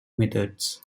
methods